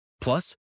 Plus